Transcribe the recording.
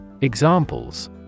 Examples